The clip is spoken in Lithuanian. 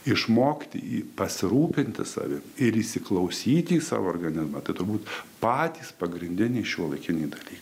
išmokti pasirūpinti savim ir įsiklausyti į savo organizmą turbūt patys pagrindiniai šiuolaikiniai dalykai